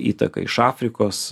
įtaka iš afrikos